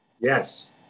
Yes